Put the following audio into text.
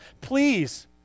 Please